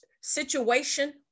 situation